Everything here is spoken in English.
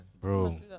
Bro